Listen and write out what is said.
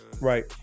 right